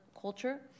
culture